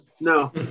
no